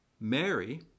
Mary